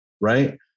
Right